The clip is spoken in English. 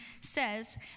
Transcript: says